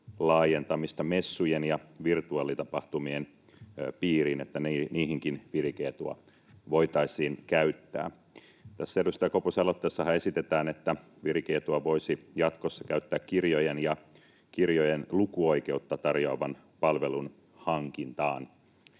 laajentamista messujen ja virtuaalitapahtumien piiriin, sitä, että niihinkin virike-etua voitaisiin käyttää. Tässä edustaja Koposen aloitteessahan esitetään, että virike-etua voisi jatkossa käyttää kirjojen ja kirjojen lukuoikeutta tarjoavan palvelun hankintaan.